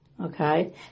okay